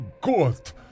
God